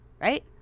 Right